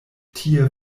tie